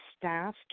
staff